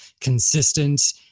consistent